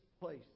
place